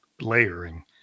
layering